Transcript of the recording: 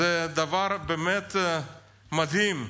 זה דבר באמת מדהים,